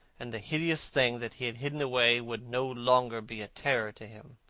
and the hideous thing that he had hidden away would no longer be a terror to him.